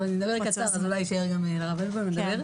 אני אדבר קצר אז אולי יישאר זמן גם לרב אלבוים לדבר.